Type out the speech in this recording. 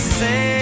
say